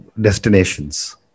destinations